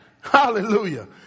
hallelujah